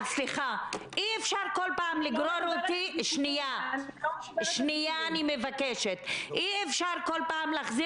וחשוב לי להגיד כי זה עלה פה בהתייחסות לגבי